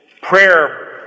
prayer